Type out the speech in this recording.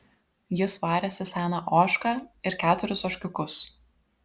jis varėsi seną ožką ir keturis ožkiukus